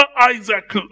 Isaac